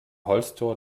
holztür